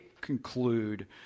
conclude